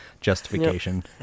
justification